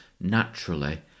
naturally